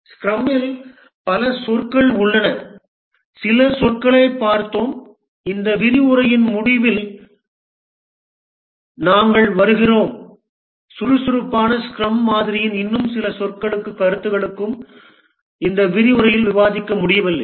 ஸ்க்ரமில் பல சொற்கள் உள்ளன சில சொற்களைப் பார்த்தோம் இந்த விரிவுரையின் முடிவில் நாங்கள் வருகிறோம் சுறுசுறுப்பான ஸ்க்ரம் மாதிரியில் இன்னும் சில சொற்களும் கருத்துகளும் இந்த விரிவுரையில் விவாதிக்க முடியவில்லை